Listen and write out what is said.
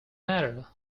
matter